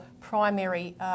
primary